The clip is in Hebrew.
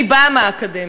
אני באה מהאקדמיה,